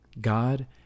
God